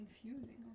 confusing